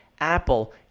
Apple